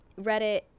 reddit